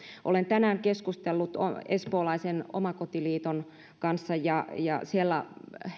olen tänään keskustellut espoolaisen omakotiliiton kanssa ja ja siellä